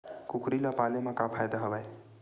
कुकरी ल पाले म का फ़ायदा हवय?